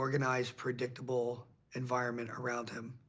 organized, predictable environment around him.